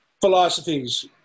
philosophies